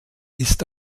ist